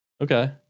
Okay